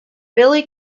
billy